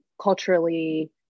culturally